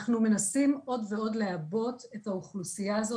אנחנו מנסים עוד ועוד לעבות את האוכלוסייה הזו